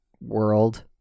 world